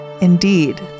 Indeed